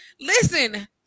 listen